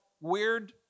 weird